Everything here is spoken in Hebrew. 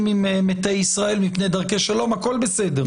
עם מתי ישראל מפני דרכי שלום הכול בסדר.